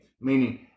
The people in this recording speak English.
meaning